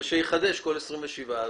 נכון, שיחדש כל 27 חודשים.